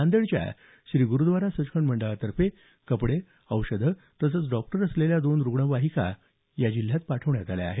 नांदेडच्या श्री गुरूद्वारा सचखंड मंडळातर्फे कपडे औषधं तसंच डॉक्टर असलेल्या दोन रुग्णवाहिका पाठवण्यात आल्या आहेत